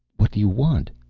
what do you want?